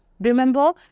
Remember